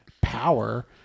power